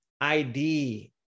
ID